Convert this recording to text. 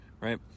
right